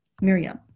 Miriam